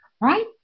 right